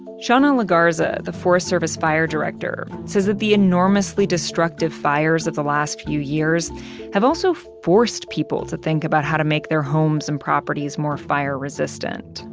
shawna legarza, the forest service fire director, says that the enormously destructive fires of the last few years also forced people to think about how to make their homes and properties more fire-resistant.